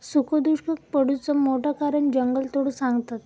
सुखो दुष्काक पडुचा मोठा कारण जंगलतोड सांगतत